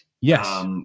Yes